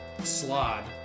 slod